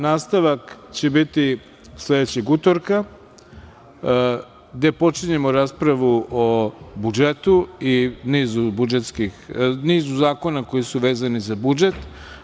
Nastavak će biti sledećeg utorka, gde počinjemo raspravu o budžetu i nizu zakona koji su vezani za budžet.